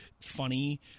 funny